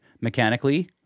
mechanically